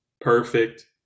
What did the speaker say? perfect